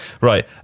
Right